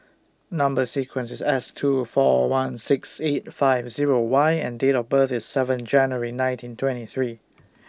Number sequence IS S two four one six eight five Zero Y and Date of birth IS seven January nineteen twenty three